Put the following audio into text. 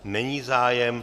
Není zájem.